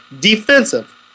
Defensive